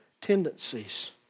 tendencies